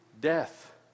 death